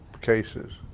cases